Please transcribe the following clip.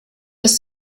des